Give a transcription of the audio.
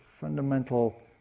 fundamental